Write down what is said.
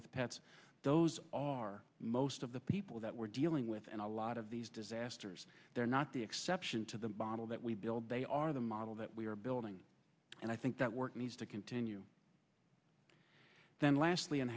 with pets those are most of the people that we're dealing with and a lot of these disasters they're not the exception to the bottle that we build they are the model that we are building and i think that work needs to continue then lastly in